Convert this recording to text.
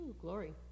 glory